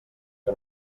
que